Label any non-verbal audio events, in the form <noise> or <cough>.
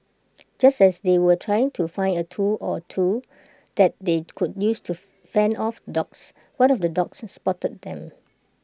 just as they were trying to find A tool or two that they could use to <noise> fend off the dogs one of the dogs spotted them